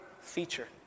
feature